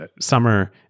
summer